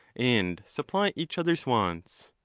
and supply each other s wants.